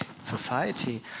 society